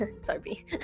Sorry